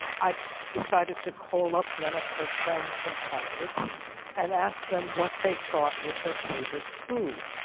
i decided to call up one of her friends from harvard and ask them what they thought was her favorite food.